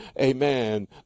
amen